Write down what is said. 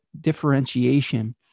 differentiation